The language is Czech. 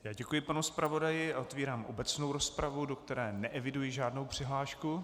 Já děkuji pane zpravodaji, a otevírám obecnou rozpravu, do které neeviduji žádnou přihlášku.